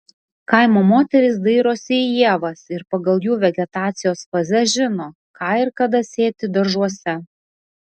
kaimo moterys dairosi į ievas ir pagal jų vegetacijos fazes žino ką ir kada sėti daržuose